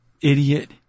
Idiot